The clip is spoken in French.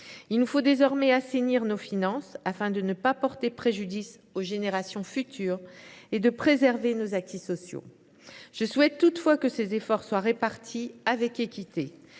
Il nous faut désormais assainir nos finances, afin de ne pas porter préjudice aux générations futures et de préserver nos acquis sociaux. Je souhaite toutefois que ces efforts soient répartis avec équité